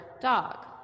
dog